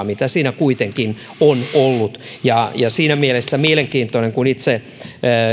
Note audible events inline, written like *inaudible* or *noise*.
*unintelligible* mitä siinä kuitenkin on ollut siinä mielessä on mielenkiintoista että kun itse